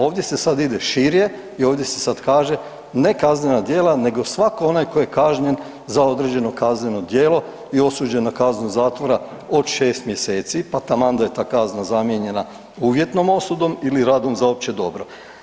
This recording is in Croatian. Ovdje se sad ide šire i ovdje se sad kaže ne kaznena djela nego svako onaj koji je kažnjen za određeno kazneno djelo i osuđen na kaznu zatvora od 6 mj. pa taman da je ta kazna zamijenjena uvjetnom osudom ili radom za opće dobro.